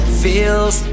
feels